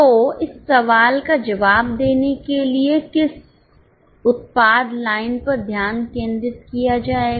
तो इस सवाल का जवाब देने के लिए किस उत्पाद लाइन पर ध्यान केंद्रित किया जाएगा